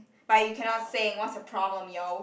but you cannot sing whats your problem yo